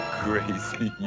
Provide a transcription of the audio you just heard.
crazy